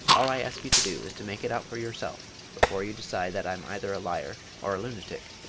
all i ask you to do is to make it out for yourself before you decide that i'm either a liar or a lunatic.